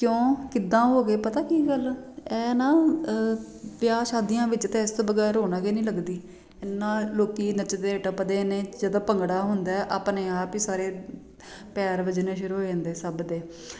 ਕਿਉਂ ਕਿੱਦਾਂ ਹੋ ਗਏ ਪਤਾ ਕੀ ਗੱਲ ਹੈ ਇਹ ਨਾ ਵਿਆਹ ਸ਼ਾਦੀਆਂ ਵਿੱਚ ਤਾਂ ਇਸ ਤੋਂ ਬਗੈਰ ਰੋਣਕ ਹੀ ਨਹੀਂ ਲੱਗਦੀ ਇੰਨਾਂ ਲੋਕੀ ਨੱਚਦੇ ਟੱਪਦੇ ਨੇ ਜਦੋਂ ਭੰਗੜਾ ਹੁੰਦਾ ਆਪਣੇ ਆਪ ਹੀ ਸਾਰੇ ਪੈਰ ਵਜਨੇ ਸ਼ੁਰੂ ਹੋ ਜਾਂਦੇ ਸਭ ਦੇ